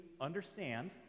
understand